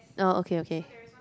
oh okay okay